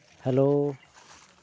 hello